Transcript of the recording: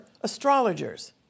astrologers